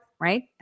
right